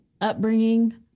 upbringing